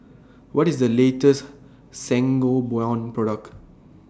What IS The latest Sangobion Product